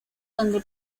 dónde